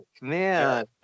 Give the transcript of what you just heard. man